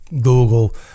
google